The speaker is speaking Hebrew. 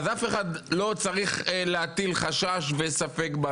אז אף אחד לא צריך להטיל חשש וספק.